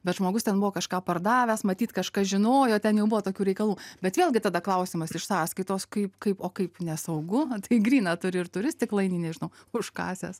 bet žmogus ten buvo kažką pardavęs matyt kažkas žinojo ten jau buvo tokių reikalų bet vėlgi tada klausimas iš sąskaitos kaip kaip o kaip nesaugu o tai gryną turi ir turi stiklainį nežinau užkasęs